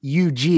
UG